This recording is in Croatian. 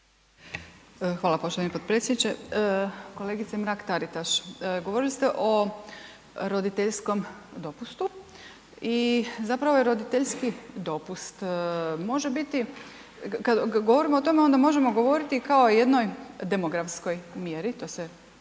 Hvala poštovani potpredsjedniče. Kolegice Mrak-Taritaš, govorili ste o roditeljskom dopustu i zapravo roditeljski dopust može biti kad govorimo o tome, onda možemo govoriti kao o jednoj demografskoj mjeri, to se posebno